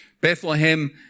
Bethlehem